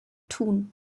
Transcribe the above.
tun